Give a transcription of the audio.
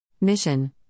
Mission